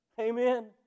Amen